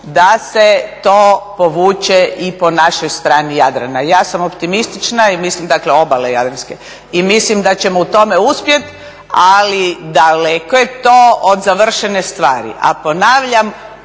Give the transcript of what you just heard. da se to povuče i po našoj strani Jadrana. Ja sam optimistična i mislim, dakle obale jadranske, i mislim da ćemo u tome uspjet, ali daleko je to od završene stvari. A ponavljam,